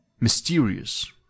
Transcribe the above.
Mysterious